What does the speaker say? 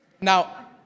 Now